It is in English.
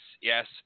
yes